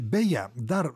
beje dar